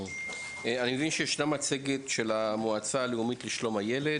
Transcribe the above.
אני מבין שיש מצגת של המועצה הלאומית לשלום הילד.